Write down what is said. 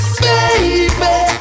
baby